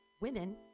women